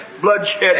bloodshed